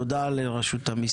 תודה לרשות המיסים.